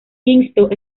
kingston